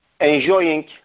enjoying